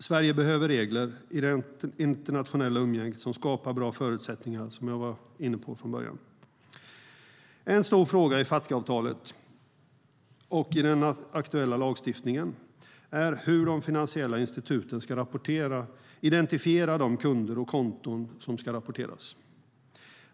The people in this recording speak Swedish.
Sverige behöver regler i det internationella umgänget som skapar bra förutsättningar, som jag var inne på i början. En stor fråga i Fatca-avtalet och i den aktuella lagstiftningen är hur de finansiella instituten ska identifiera de kunder och konton som ska rapporteras.